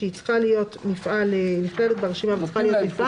שצריכה להיות נכללת ברשימה כמפעל לשעת